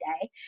day